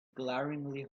glaringly